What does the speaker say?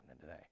today